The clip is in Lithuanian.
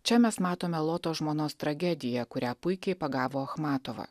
čia mes matome loto žmonos tragediją kurią puikiai pagavo achmatova